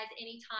anytime